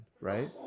right